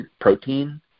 protein